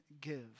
give